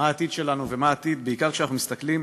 מה העתיד שלנו ומה העתיד בעיקר כשאנחנו מסתכלים